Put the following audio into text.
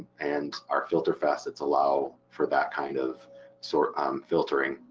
and our filter facets allow for that kind of sort filtering.